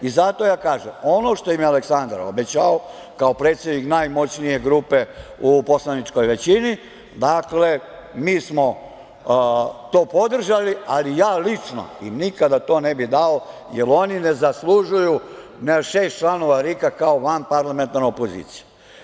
I zato ja kažem - ono što im je Aleksandar obećao, kao predsednik najmoćnije grupe u poslaničkoj većini, dakle, mi smo to podržali, ali ja lično im nikada to ne bih dao, jer oni ne zaslužuju šest članova RIK-a kao vanparlamentarna opozicija.